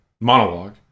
monologue